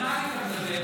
על מה היית מדבר?